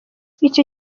icyo